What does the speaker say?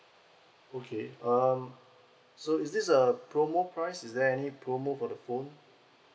okay um so is this a promo price is there any promo for the phone